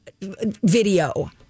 video